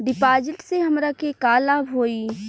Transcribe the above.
डिपाजिटसे हमरा के का लाभ होई?